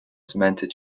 cemented